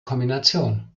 kombination